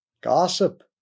Gossip